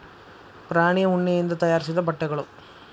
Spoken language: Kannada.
ಪ್ರಾಣಿ ಉಣ್ಣಿಯಿಂದ ತಯಾರಿಸಿದ ಬಟ್ಟೆಗಳು